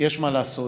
יש מה לעשות.